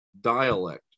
dialect